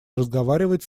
разговаривать